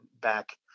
back